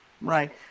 Right